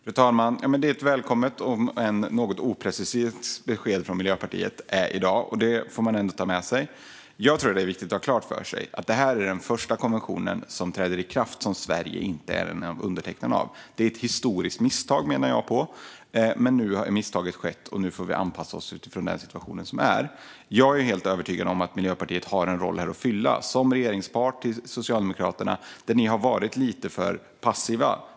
Fru talman! Det är ett välkommet om än något oprecist besked från Miljöpartiet i dag. Det får man ändå ta med sig. Jag tror att det är viktigt att ha klart för sig att det här är den första konvention som träder i kraft som Sverige inte är undertecknare av. Det är ett historiskt misstag, menar jag. Men nu har misstaget skett, och vi får anpassa oss till den situation som råder. Jag är helt övertygad om att Miljöpartiet har en roll att spela som regeringspartner till Socialdemokraterna. Ni har varit lite för passiva.